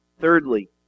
Thirdly